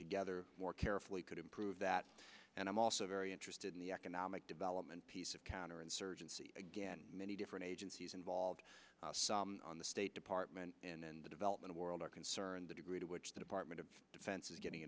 together more carefully could improve that and i'm also very interested in the economic development piece of counterinsurgency again many different agencies involved on the state department and in the developing world are concerned the degree to which the department of defense is getting